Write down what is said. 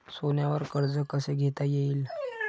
सोन्यावर कर्ज कसे घेता येईल?